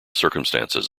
circumstances